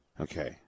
Okay